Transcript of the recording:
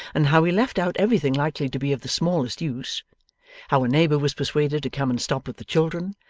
and how he left out everything likely to be of the smallest use how a neighbour was persuaded to come and stop with the children,